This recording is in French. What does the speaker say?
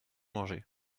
manger